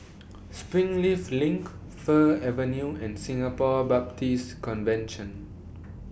Springleaf LINK Fir Avenue and Singapore Baptist Convention